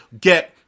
get